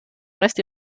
rest